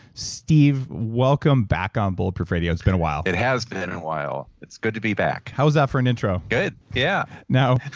steve, welcome back on bulletproof radio. it's been awhile it has been awhile. it's good to be back how's that for an intro? good. yeah.